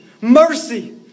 mercy